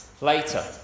later